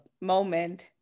moment